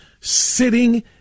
Sitting